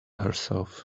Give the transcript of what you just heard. herself